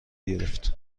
گرفت